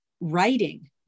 writing